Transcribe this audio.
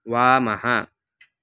वामः